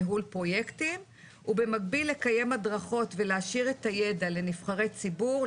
ניהול פרויקטים ובמקביל לקיים הדרכות ולהעשיר את הידע לנבחרי ציבור,